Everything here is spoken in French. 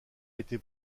été